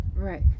Right